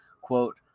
quote